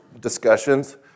discussions